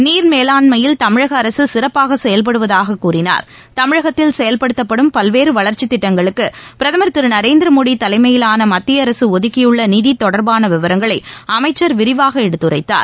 நீர் மேலாண்மையில் தமிழக அரசு சிறப்பாக செயல்படுவதாகக் கூறினார் தமிழகத்தில் செயல்படுத்தப்படும் பல்வேறு வளர்ச்சி திட்டங்களுக்கு பிரதமர் திரு நரேந்திரமோடி தலைமையிலான மத்திய அரசு ஒதுக்கியுள்ள நிதி தொடர்பான விவரங்களை அமைச்சர் விரிவாக எடுத்துரைத்தார்